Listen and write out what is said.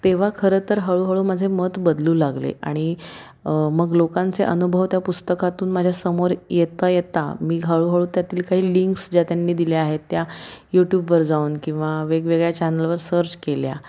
तेव्हा खरं तर हळूहळू माझे मत बदलू लागले आणि मग लोकांचे अनुभव त्या पुस्तकातून माझ्यासमोर येता येता मी हळूहळू त्यातील काही लिंक्स ज्या त्यांनी दिल्या आहेत त्या यूट्यूबवर जाऊन किंवा वेगवेगळ्या चॅनलवर सर्च केल्या